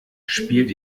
spielt